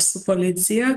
su policija